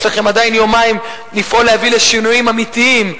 יש לכם עדיין יומיים לפעול להביא לשינויים אמיתיים,